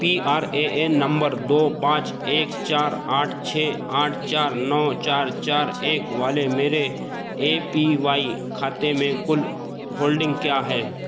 P R A N number दो पाँच एक चार आठ छः आठ चार नौ चार चार एक वाले मेरे ए पी वाई खाते में कुल होल्डिंग क्या है